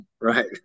Right